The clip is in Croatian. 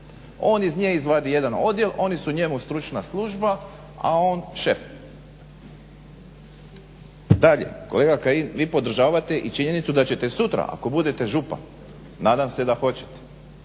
On iz nje izvadi jedan odjel, oni su njemu stručna služba, a on šef. Dalje, kolega Kajin vi podržavate i činjenicu da ćete sutra ako budete župan, nadam se da hoćete,